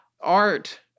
Art